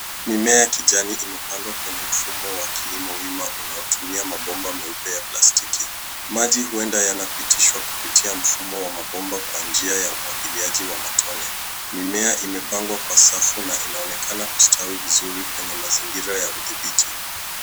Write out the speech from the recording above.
Mimea kijani imepandwa kwenye mfumo wa kilimo wima unaotumia mabomba meupe ya plastiki. Maji huenda yanapitishwa kupitia mfumo wa mabomba kwa njia ya umwagiliaji wa matone. Mimea imepangwa kwa safu na inaonekana kustawi vizuri kwenye mazingira ya udhibiti.